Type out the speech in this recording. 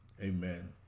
Amen